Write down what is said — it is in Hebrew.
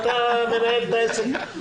אתה תנהל את העסק.